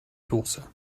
dose